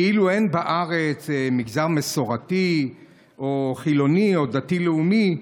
כאילו אין בארץ מגזר מסורתי או חילוני או דתי-לאומי?